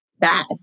bad